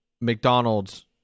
McDonald's